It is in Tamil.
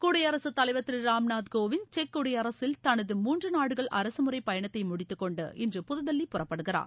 குடியரசு தலைவர் திரு ராம் நாத் கோவிந்த் செக் குடியரசில் தனது முன்று நாடுகள் அரசுமுறைப் பயணத்தை முடித்துக் கொண்டு இன்று புதுதில்லி புறப்படுகிறார்